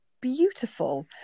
beautiful